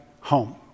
home